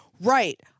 Right